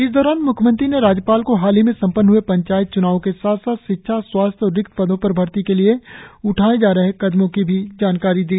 इस दौरान म्ख्यमंत्री ने राज्यपाल को हाल ही में संपन्न हए पंचायत च्नावो के साथ साथ शिक्षा स्वास्थ और रिक्त पदो पर भर्ती के लिए उठाए जा रहे कदमों की भी जानकारी दी